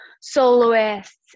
soloists